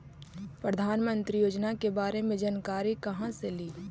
प्रधानमंत्री योजना के बारे मे जानकारी काहे से ली?